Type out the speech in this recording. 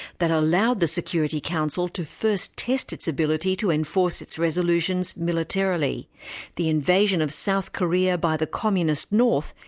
that allowed the security council to first test its ability to enforce its resolutions militarily the invasion of south korea by the communist north,